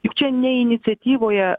juk čia ne iniciatyvoje